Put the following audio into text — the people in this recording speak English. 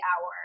hour